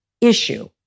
issue